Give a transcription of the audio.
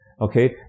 okay